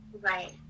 Right